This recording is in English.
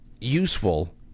useful